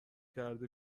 کرده